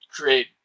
create